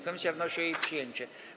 Komisja wnosi o jej przyjęcie.